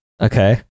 Okay